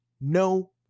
no